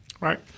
right